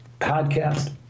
podcast